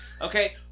Okay